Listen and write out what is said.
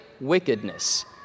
wickedness